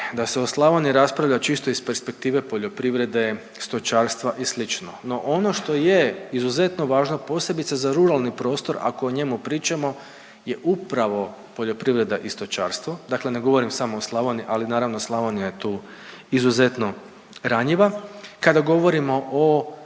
da se o Slavoniji raspravlja čisto iz perspektive poljoprivrede, stočarstva i slično. No, ono što je izuzetno važno posebice za ruralni prostor ako o njemu pričamo je upravo poljoprivreda i stočarstvo. Dakle, ne govorim samo o Slavoniji, ali naravno Slavonija je tu izuzetno ranjiva. Kada govorimo o